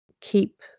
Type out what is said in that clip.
keep